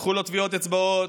לקחו לו טביעות אצבעות,